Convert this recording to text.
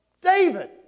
David